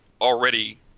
already